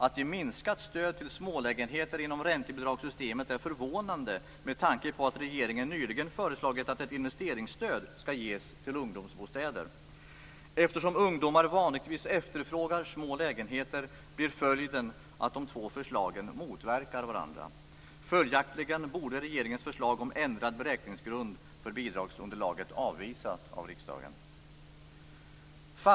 Att ge minskat stöd till smålägenheter inom räntebidragssystemet är förvånande med tanke på att regeringen nyligen föreslagit att ett investeringsstöd skall ges till ungdomsbostäder. Eftersom ungdomar vanligtvis efterfrågar små lägenheter blir följden att de två förslagen motverkar varandra. Följaktligen borde regeringens förslag om ändrad beräkningsgrund för bidragsunderlaget avvisas av riksdagen. Herr talman!